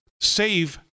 save